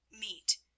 meet